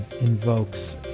invokes